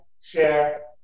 share